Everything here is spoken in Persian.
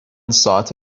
ساعت